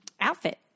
outfit